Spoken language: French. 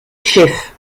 chef